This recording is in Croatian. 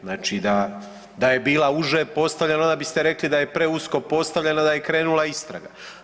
Znači da je bila uže postavljena onda biste rekli da je preusko postavljena da je krenula istraga.